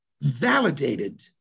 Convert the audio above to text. validated